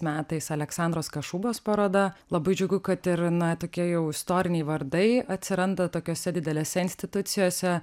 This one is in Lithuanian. metais aleksandros kašubos paroda labai džiugu kad ir na tokie jau istoriniai vardai atsiranda tokiose didelėse institucijose